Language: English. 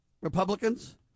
Republicans